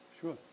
Sure